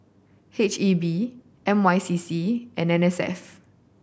H E B M I C C and N S F